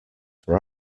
were